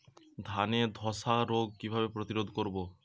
ধানে ধ্বসা রোগ কিভাবে প্রতিরোধ করব?